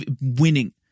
winning